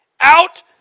out